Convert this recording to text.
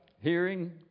hearing